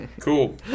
Cool